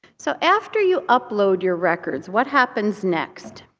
so after you upload your records, what happens next?